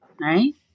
right